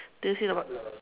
did you see the